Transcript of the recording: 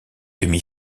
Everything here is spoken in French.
demi